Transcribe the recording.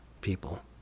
people